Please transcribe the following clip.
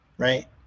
right